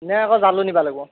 নে আকৌ জালো নিব লাগিব